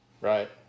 right